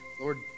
Lord